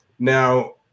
Now